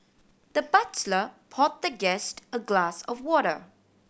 the butler poured the guest a glass of water